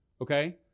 Okay